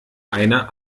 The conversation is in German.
einer